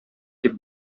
дип